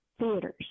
theaters